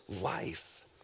life